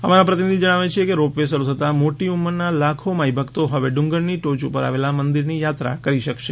અમારા પ્રતિનિધિ જણાવે છે કે રોપ વે શરૂ થતાં મોટી ઉંમરના લાખો માઈ ભક્તો ફવે ડુંગરની ટોચ ઉપર આવેલા મંદિરની યાત્રા કરી શકશે